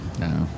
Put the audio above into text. No